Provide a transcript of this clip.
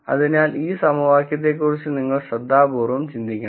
അതിനാൽ ഈ സമവാക്യത്തെക്കുറിച്ച് നിങ്ങൾ ശ്രദ്ധാപൂർവ്വം ചിന്തിക്കണം